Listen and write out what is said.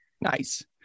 Nice